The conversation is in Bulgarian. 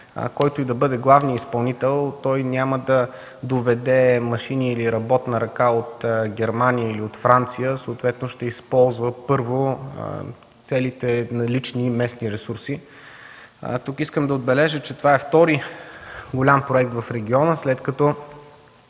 който и да бъде главният изпълнител, той няма да доведе машини или работна ръка от Германия или от Франция, а съответно ще използва първо целите налични местни ресурси. Тук искам да отбележа, че това е втори голям проект в региона, след като